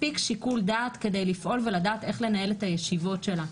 מספיק שיקול דעת כדי לפעול ולדעת איך לנהל את הישיבות שלה.